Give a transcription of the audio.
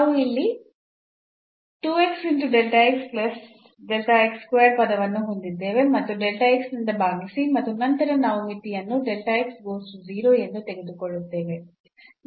ನಾವು ಅಲ್ಲಿ ಪದವನ್ನು ಹೊಂದಿದ್ದೇವೆ ಮತ್ತು ನಿಂದ ಭಾಗಿಸಿ ಮತ್ತು ನಂತರ ನಾವು ಮಿತಿಯನ್ನು ಎಂದು ತೆಗೆದುಕೊಳ್ಳುತ್ತೇವೆ